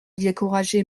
découragée